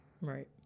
Right